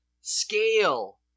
scale